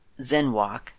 ZenWalk